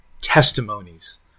testimonies